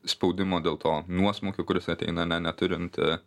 spaudimo dėl to nuosmukio kuris ateina ne neturint